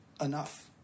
enough